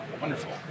Wonderful